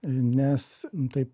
nes taip